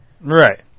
Right